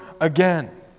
again